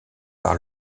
par